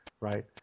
right